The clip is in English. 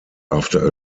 after